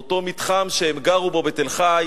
באותו מתחם שהם גרו בו בתל-חי,